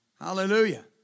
Hallelujah